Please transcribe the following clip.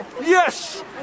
yes